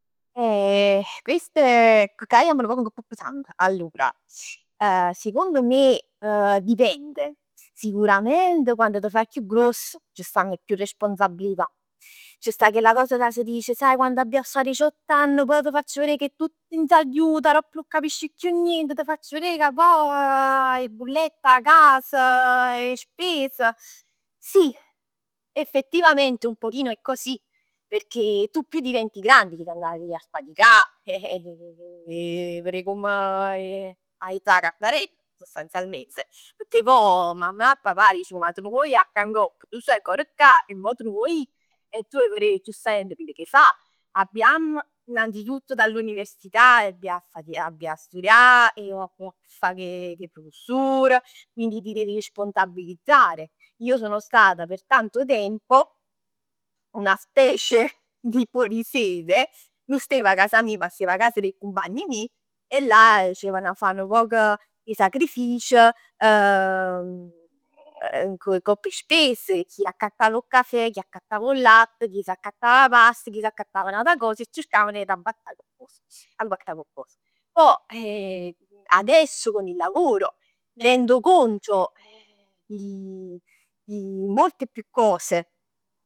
Eh chest è, cà jamm nu poc ngopp 'o pesant. Allora, sicondo me dipende. Sicuramente quann t'faje chiù gruoss c'stanno tante responsabilità. C' sta chella cosa ca s'dice. Sai quann abbià 'a fa diciott'ann poi ti faccio verè che è tutto in sagliut, aropp nun capisc chiù nient. T' facc verè ca poj 'e bullett, 'a cas, 'e spes. Sì effettivamente un pochino è così pecchè tu più diventi grande, 'a ji a faticà, eh 'a verè comm aizzà 'a cardarell sonstanzialmente. Pecchè poj mammà e papà diceno ma te ne vuò ji 'a cà ngopp? Tu stai ancor cà? Mo te ne vuò ji? E tu 'e verè giustament chell che 'a fa. Abbiamm innanzitutto dall'università, e abbià a faticà, abbià a stureà, avè acchefà cu 'e professur. Quindi ti devi responsabilizzare. Io sono stata per tanto tempo una specie di fuorisede, nun stev a casa mij, ma stev a cas d'è cumpagne meje. E là dicevan 'e fa nu poc 'e sacrific, ngopp ngopp 'e spes. Chi accattav 'o cafè, chi accattav 'o latt, chi s'accattav 'a past, chi s'accattav n'ata cos e cercavm 'e rabbattà coccos, rabbattà coccos. Poj adesso con il lavoro mi rendo conto di di molte più cose.